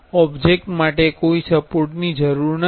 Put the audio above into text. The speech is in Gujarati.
આ ઓબ્જેક્ટ માટે કોઈ સપોર્ટની જરૂર નથી